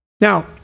Now